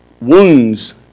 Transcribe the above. Wounds